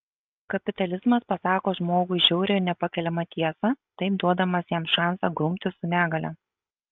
kapitalizmas pasako žmogui žiaurią ir nepakeliamą tiesą taip duodamas jam šansą grumtis su negalia